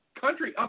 country